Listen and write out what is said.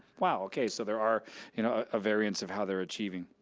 wow, okay, so there are you know a variance of how they're achieving.